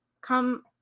come